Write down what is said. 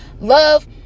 love